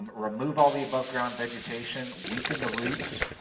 remove all the above ground vegetation. weaken the roots.